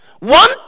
one